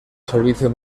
servicio